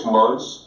months